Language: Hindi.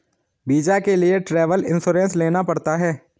वीजा के लिए ट्रैवल इंश्योरेंस लेना पड़ता है